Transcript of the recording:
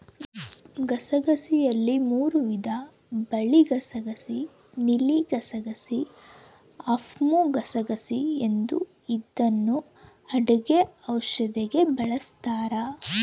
ಗಸಗಸೆಯಲ್ಲಿ ಮೂರೂ ವಿಧ ಬಿಳಿಗಸಗಸೆ ನೀಲಿಗಸಗಸೆ, ಅಫಿಮುಗಸಗಸೆ ಎಂದು ಇದನ್ನು ಅಡುಗೆ ಔಷಧಿಗೆ ಬಳಸ್ತಾರ